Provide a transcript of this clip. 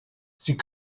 sie